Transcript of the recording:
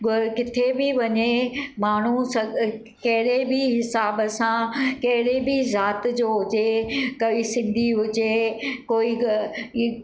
गर किथे बि वञे माण्हू संग कहिड़े बि हिसाब सां कहिड़े बि ज़ात जो हुजे कोई सिंधी हुजे कोई ग ई